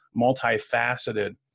multifaceted